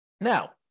Now